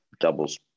doubles